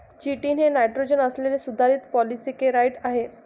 chitin हे nitrogen असलेले सुधारित पॉलिसेकेराइड आहे